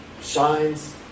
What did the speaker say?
shines